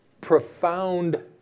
profound